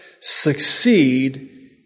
succeed